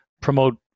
promote